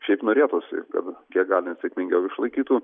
šiaip norėtųsi kad kiek galim sėkmingiau išlaikytų